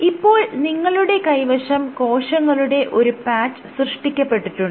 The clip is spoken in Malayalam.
ഇപ്പോൾ നിങ്ങളുടെ കൈവശം കോശങ്ങളുടെ ഒരു പാച്ച് സൃഷ്ടിക്കപ്പെട്ടിട്ടുണ്ട്